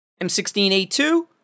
M16A2